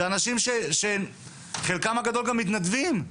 זה אנשים שחלקם הגדול גם מתנדבים.